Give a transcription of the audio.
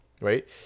Right